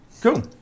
Cool